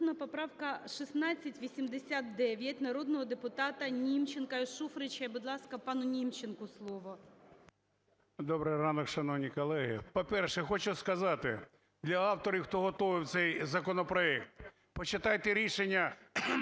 Добрий ранок, шановні колеги. По-перше, хочу сказати для авторів, хто готовив цей законопроект, почитайте рішення